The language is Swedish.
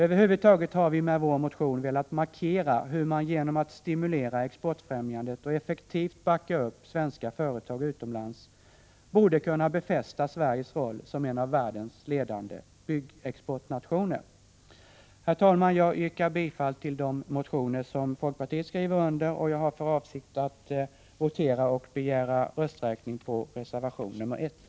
Över huvud taget har vi med vår motion velat markera hur man genom att stimulera exportfrämjandet och effektivt backa upp svenska företag utomlands borde kunna befästa Sveriges roll som en av världens ledande byggexportnationer. Herr talman! Jag yrkar bifall till de motioner folkpartiet skrivit under. Jag har för avsikt att begära votering och rösträkning när det gäller reservation 1.